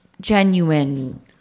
genuine